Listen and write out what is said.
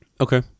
Okay